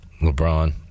lebron